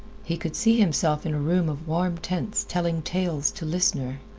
he could see himself in a room of warm tints telling tales to listeners.